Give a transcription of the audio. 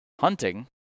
Hunting